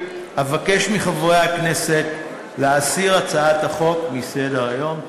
אבקש מחברי הכנסת להסיר את הצעת החוק מסדר-היום.